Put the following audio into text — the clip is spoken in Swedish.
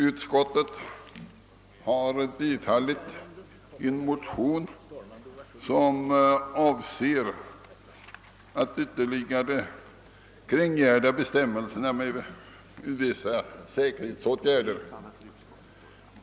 Utskottet har emellerid också tillstyrkt en motion som avser att kringgärda dessa angelägenheter med ytterligare bestämmelser om vissa säkerhetsåtgärder.